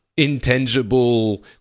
intangible